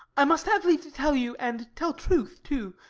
i must have leave to tell you, and tell truth too,